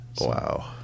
wow